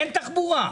אין תחבורה.